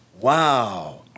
Wow